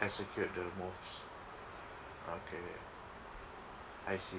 execute the moves okay I see